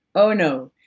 oh, no,